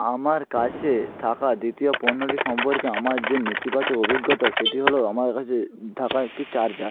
আমার কাছে থাকা দ্বিতীয় পণ্যটি সম্পর্কে আমার যে নেতিবাচক অভিজ্ঞতা সেটি হলো আমার কাছে থাকা একটি চার্জার